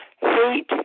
hate